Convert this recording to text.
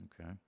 Okay